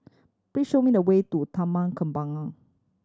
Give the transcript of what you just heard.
please show me the way to Taman Kembangan